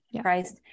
Christ